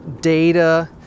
data